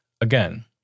Again